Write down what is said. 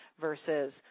versus